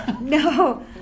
No